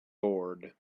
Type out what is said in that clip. board